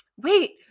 Wait